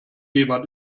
jemand